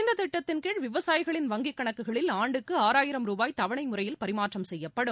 இந்த திட்டத்தின் கீழ் விவசாயிகளின் வங்கி கணக்குகளில் ஆண்டுக்கு ஆறாயிரம் ருபாய் தவணை முறையில் பரிமாற்றம் செய்யப்படும்